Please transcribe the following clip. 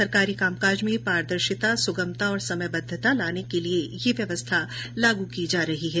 सरकारी कामकाज में पारदर्शिता सुगमता और समयबद्वता लाने के लिये यह व्यवस्था लागू की जा रही है